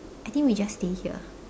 I think we just stay here